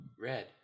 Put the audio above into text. red